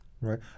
Right